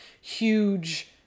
huge